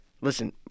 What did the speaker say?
Listen